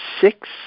six